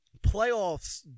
playoffs